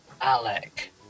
Alec